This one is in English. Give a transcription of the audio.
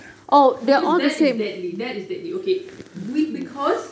because that is deadly that is deadly okay with because